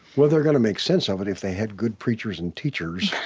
well, they're going to make sense of it if they have good preachers and teachers